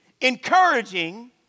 encouraging